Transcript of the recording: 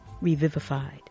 revivified